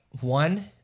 one